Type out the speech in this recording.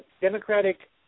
Democratic